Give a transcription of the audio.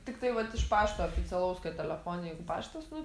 tiktai vat iš pašto oficialaus telefone jeigu paštas nu